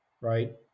right